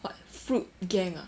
what fruit gang ah